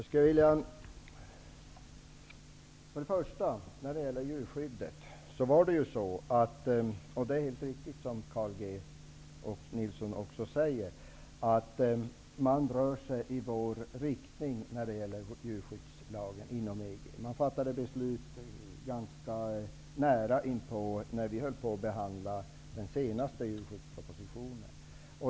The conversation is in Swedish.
Herr talman! Först och främst gäller det djurskyddet. Det som Carl G Nilsson säger är riktigt, dvs. att man inom EG rör sig i samma riktning som vi när det gäller djurskyddslagen. Beslut har fattats i anslutning till vår behandling av den senaste djurskyddspropositionen.